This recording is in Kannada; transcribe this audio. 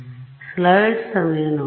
ಆದ್ದರಿಂದ